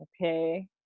Okay